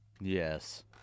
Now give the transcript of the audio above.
Yes